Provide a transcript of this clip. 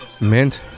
Mint